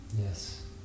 Yes